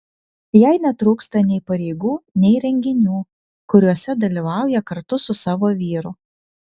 jai netrūksta nei pareigų nei renginių kuriuose dalyvauja kartu su savo vyru